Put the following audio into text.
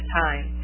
time